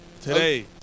Today